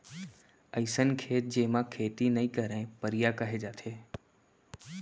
अइसन खेत जेमा खेती नइ करयँ परिया कहे जाथे